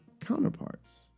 counterparts